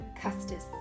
Custis